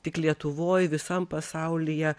tik lietuvoj visam pasaulyje